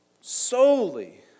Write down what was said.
solely